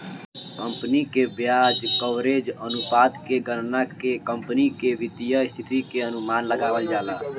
company के ब्याज coverage अनुपात के गणना के कंपनी के वित्तीय स्थिति के अनुमान लगावल जाता